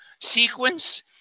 sequence